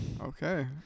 Okay